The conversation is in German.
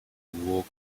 duo